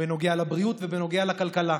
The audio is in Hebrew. בנוגע לבריאות ובנוגע לכלכלה.